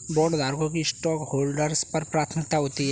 बॉन्डधारकों की स्टॉकहोल्डर्स पर प्राथमिकता होती है